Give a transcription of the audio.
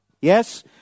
Yes